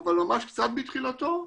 אבל ממש קצת בתחילתו,